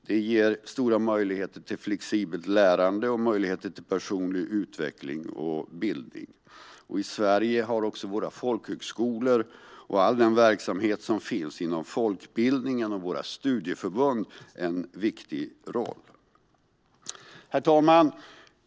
Det ger stora möjligheter till flexibelt lärande och till personlig utveckling och bildning. I Sverige har också våra folkhögskolor och all den verksamhet som finns inom folkbildningen och våra studieförbund en viktig roll. Ny kompetensagenda för Europa Herr talman!